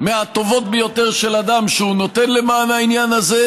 מהטובות ביותר של אדם שהוא נותן למען העניין הזה,